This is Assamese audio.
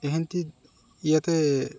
এখেন্তি ইয়াতে